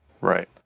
Right